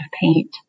paint